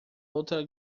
outra